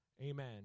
Amen